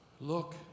Look